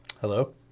Hello